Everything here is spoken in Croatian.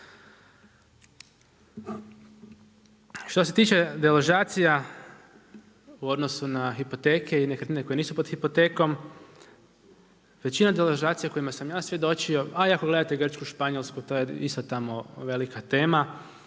Što se tiče deložacija u odnosu na hipoteke i nekretnine koje nisu pod hipotekom, većina deložacija kojima sam ja svjedočio a i ako gledate Grčku, Španjolsku to je isto tamo velika tema,